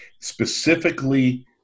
specifically